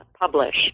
publish